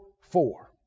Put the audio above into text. Four